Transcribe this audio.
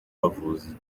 abavuzi